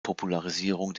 popularisierung